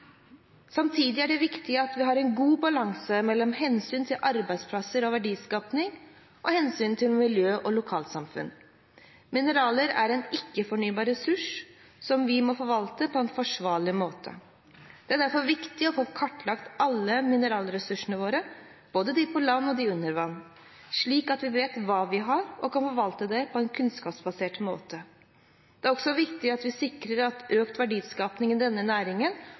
Samtidig er det viktig at vi har en god balanse mellom hensynet til arbeidsplasser og verdiskaping og hensynet til miljø og lokalsamfunn. Mineraler er en ikke-fornybar ressurs som vi må forvalte på en forsvarlig måte. Det er derfor viktig å få kartlagt alle mineralressursene våre, både de på land og de under vann, slik at vi vet hva vi har, og kan forvalte det på en kunnskapsbasert måte. Det er også viktig at vi sikrer at økt verdiskaping i denne næringen